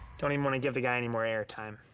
don't even want to give the guy any more air time.